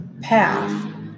path